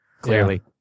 Clearly